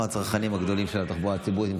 אנחנו הצרכנים הגדולים של התחבורה הציבורית.